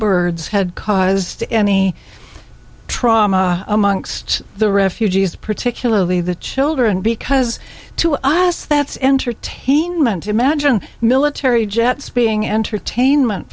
birds had cause to any trauma amongst the refugees particularly the children because to us that's entertainment imagine military jets being entertainment